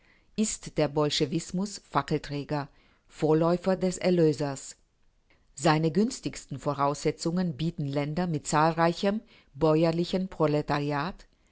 ist der bolschewismus fackelträger vorläufer des erlösers seine günstigsten voraussetzungen bieten länder mit zahlreichem bäuerlichen proletariat